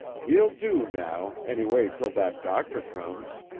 he'll do now, anyway till that doctor comes.